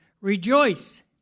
Rejoice